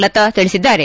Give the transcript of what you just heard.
ಲತಾ ತಿಳಿಸಿದ್ದಾರೆ